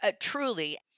truly